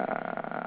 uh